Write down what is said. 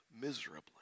miserably